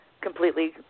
completely